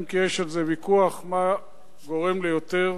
אם כי יש ויכוח מה גורם ליותר